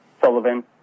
Sullivan